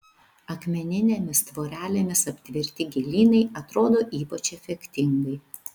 akmeninėmis tvorelėmis aptverti gėlynai atrodo ypač efektingai